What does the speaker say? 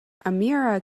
amira